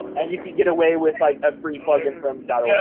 and you can get away with, like, a free plugin from dot yeah